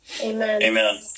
Amen